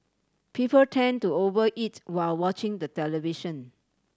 people tend to over eat while watching the television